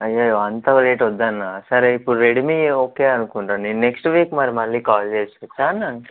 అయ్యయ్యో అంత రేట్ వద్దన్నా సరే ఇప్పుడు రెడ్మీ ఓకే అనుకుంటాను నేను నెక్స్ట్ వీక్ మరీ మళ్ళీ కాల్ చేపిస్తాను అన్నా